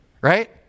right